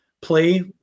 play